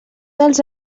dels